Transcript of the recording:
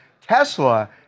Tesla